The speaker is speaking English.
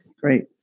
great